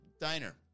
diner